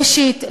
ראשית,